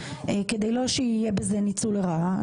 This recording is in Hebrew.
כדי שלא יהיה בזה ניצול לרעה,